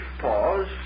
pause